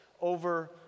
over